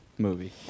movie